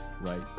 Right